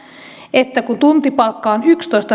että kun tuntipalkka on yksitoista